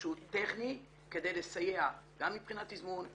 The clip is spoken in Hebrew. שהוא טכני כדי לסייע גם מבחינת תיזמון,